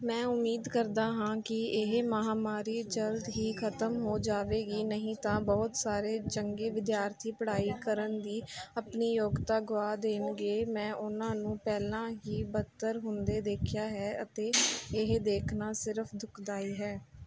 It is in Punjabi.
ਮੈਂ ਉਮੀਦ ਕਰਦਾ ਹਾਂ ਕਿ ਇਹ ਮਹਾਂਮਾਰੀ ਜਲਦ ਹੀ ਖਤਮ ਹੋ ਜਾਵੇਗੀ ਨਹੀਂ ਤਾਂ ਬਹੁਤ ਸਾਰੇ ਚੰਗੇ ਵਿਦਿਆਰਥੀ ਪੜ੍ਹਾਈ ਕਰਨ ਦੀ ਆਪਣੀ ਯੋਗਤਾ ਗੁਆ ਦੇਣਗੇ ਮੈਂ ਉਨ੍ਹਾਂ ਨੂੰ ਪਹਿਲਾਂ ਹੀ ਬਦਤਰ ਹੁੰਦੇ ਦੇਖਿਆ ਹੈ ਅਤੇ ਇਹ ਦੇਖਣਾ ਸਿਰਫ਼ ਦੁਖਦਾਈ ਹੈ